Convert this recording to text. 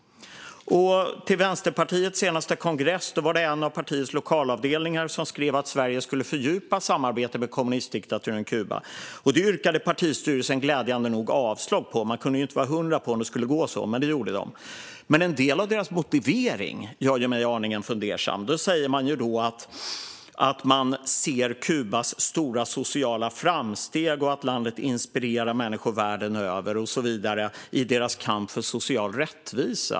Till Vänsterpartiets senaste kongress skrev en av partiets lokalavdelningar att Sverige skulle fördjupa samarbetet med kommunistdiktaturen Kuba. Det yrkade partistyrelsen glädjande nog avslag på - man kunde ju inte vara hundra procent säker på att det skulle gå så, men det gjorde de. Men en del av deras motivering gör mig aningen fundersam. De säger att de ser Kubas stora sociala framsteg och att landet inspirerar människor världen över i deras kamp för social rättvisa.